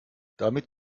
damit